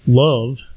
love